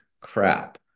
crap